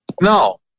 No